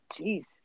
Jeez